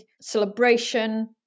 celebration